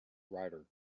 rider